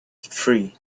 three